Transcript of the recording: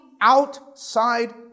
outside